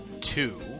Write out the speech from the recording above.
two